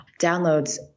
downloads